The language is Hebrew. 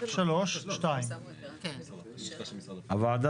3(2). בני,